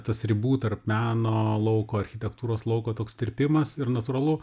tas ribų tarp meno lauko architektūros lauko toks tirpimas ir natūralu